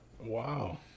wow